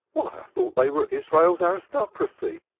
why, i thought they were israel's aristocracy.